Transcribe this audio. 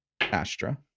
Astra